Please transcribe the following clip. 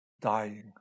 dying